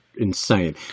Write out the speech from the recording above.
insane